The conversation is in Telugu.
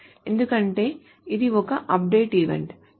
ఎందుకంటే ఇది ఒక అప్డేట్ ఈవెంట్ ఇది